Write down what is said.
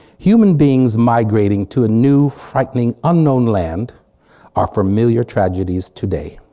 human beings migrating to a new frightening unknown land are familiar tragedies today.